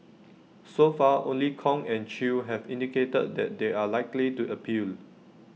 so far only Kong and chew have indicated that they are likely to appeal